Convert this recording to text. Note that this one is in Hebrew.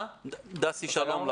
דסי שלום,